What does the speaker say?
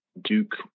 Duke